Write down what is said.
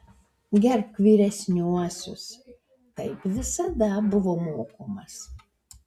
gerbk vyresniuosius taip visada buvo mokomas